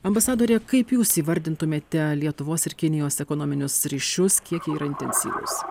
ambasadore kaip jūs įvardintumėte lietuvos ir kinijos ekonominius ryšius kiek jie yra intensyvūs